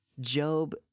Job